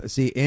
See